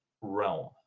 realm